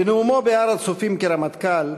בנאומו בהר-הצופים כרמטכ"ל,